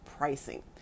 pricing